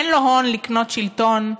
אין להם הון לקנות שלטון,